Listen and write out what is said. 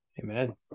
Amen